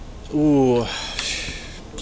oo ah